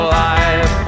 life